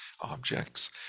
objects